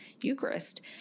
Eucharist